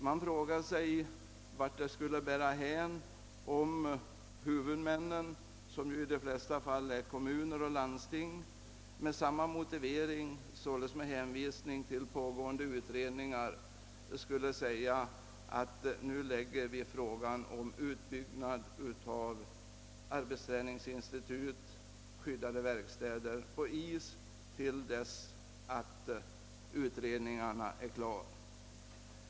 Man frågar sig vart det skulle bära hän om huvudmännen — som ju i de flesta fall är kommuner eller landsting — också skulle hänvisa till pågående utredningar och lägga frågan om utbyggnad av arbetsträningsinstitut och skyddade verkstäder på is tills utredningarna är klara.